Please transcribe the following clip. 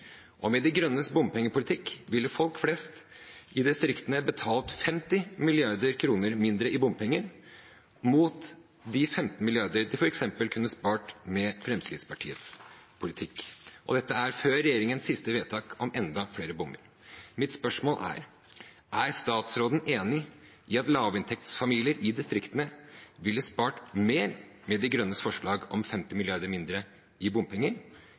Med Miljøpartiet De Grønnes bompengepolitikk ville folk flest i distriktene betalt 50 mrd. kr mindre i bompenger, mot de 15 mrd. de f.eks. kunne spart med Fremskrittspartiets politikk. Og dette er før regjeringens siste vedtak om enda flere bommer. Mitt spørsmål er: Er statsråden enig i at lavinntektsfamilier i distriktene ville spart mer med Miljøpartiet De Grønnes forslag om 50 mrd. kr mindre i bompenger